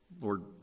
Lord